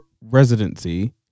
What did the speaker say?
residency